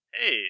Hey